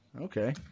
Okay